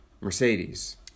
Mercedes